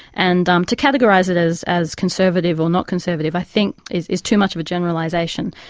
and um to categorise it as as conservative or not conservative i think is is too much of a generalisation.